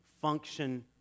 function